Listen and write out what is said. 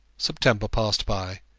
september passed by,